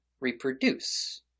reproduce